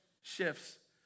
shifts